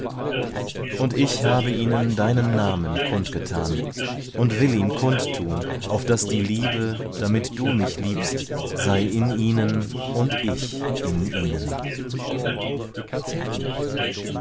und ich habe ihnen deinen namen kundgetan und will ihn kundtun auf daß die liebe damit du mich liebst sei in ihnen und ich in ihnen